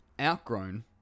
outgrown